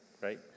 right